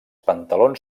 pantalons